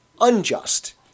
unjust